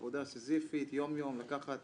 עבודה סיזיפית יום-יום לקחת